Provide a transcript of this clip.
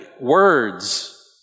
Words